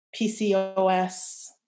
PCOS